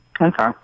Okay